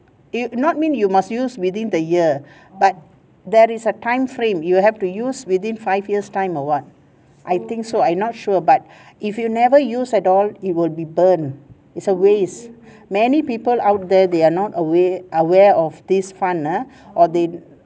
it not mean you must use within the year but there is a time frame you will have to use within five years time or what I think so I not sure but if you've never use at all it will be burnt is a waste many people out there they are not aware aware of this fund ah or they